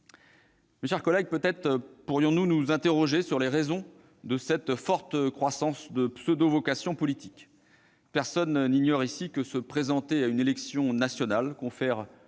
Mes chers collègues, interrogeons-nous plutôt sur les raisons de cette forte croissance de pseudo-vocations politiques : personne n'ignore ici que se présenter à une élection nationale confère